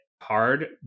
hard